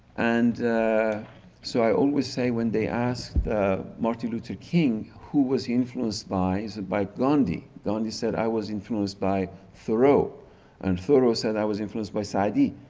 and so, i always say when they ask martin luther king who he was influenced by? it's by gandhi. gandhi said i was influenced by thoreau and thoreau said i was influenced by saadi.